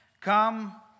come